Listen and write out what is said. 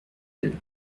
elle